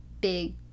big